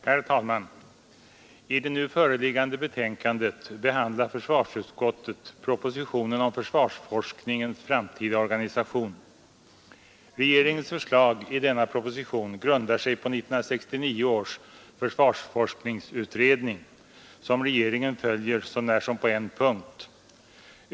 Herr talman! I det nu föreliggande betänkandet behandlar försvarsutskottet propositionen om försvarsforskningens framtida organisation. Regeringens förslag i denna proposition grundar sig på 1969 års försvarsforskningsutredning, som regeringen följer så när som på en punkt.